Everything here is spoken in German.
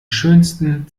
schönsten